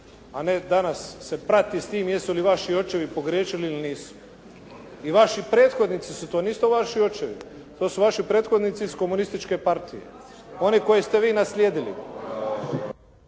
a ne danas se prati s tim jesu li vaši očevi pogriješili ili nisu? I vaši prethodnici su to, nisu to vaši očevi. To su vaši prethodnici iz Komunističke partije. Oni koje ste vi naslijedili.